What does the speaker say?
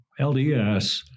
LDS